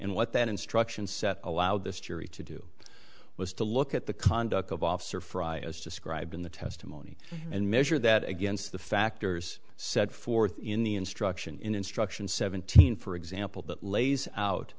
and what that instruction set allowed this jury to do was to look at the conduct of officer frye as described in the testimony and measure that against the factors set forth in the instruction in instruction seventeen for example that lays out